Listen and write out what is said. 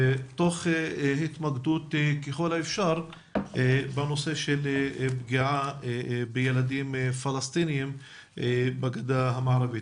תוך התמקדות ככל האפשר בנושא של פגיעה בילדים פלסטינים בגדה המערבית.